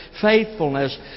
faithfulness